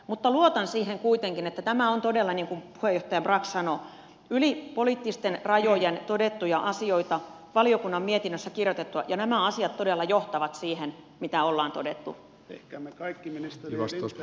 mutta luotan siihen kuitenkin että nämä ovat todellakin niin kuin puheenjohtaja brax sanoi yli poliittisten rajojen todettuja asioita valiokunnan mietinnössä kirjoitettua ja nämä asiat todella johtavat siihen mitä ollaan todettu ehkä me kaikki listan asioista